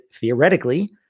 theoretically